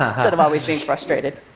ah instead of always being frustrated.